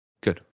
good